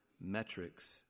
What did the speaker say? metrics